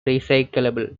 recyclable